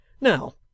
Now